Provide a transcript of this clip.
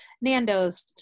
Nando's